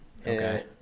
okay